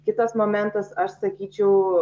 kitas momentas aš sakyčiau